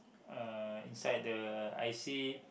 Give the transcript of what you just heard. uh inside the i_c